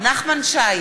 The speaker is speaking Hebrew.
נחמן שי,